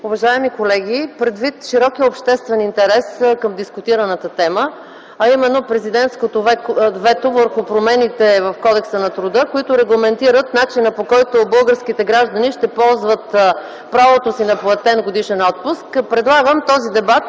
Уважаеми колеги, предвид широкия обществен интерес към дискутираната тема, а именно президентското вето върху промените в Кодекса на труда, които регламентират начина, по който българските граждани ще ползват правото си на платен годишен отпуск, предлагам този дебат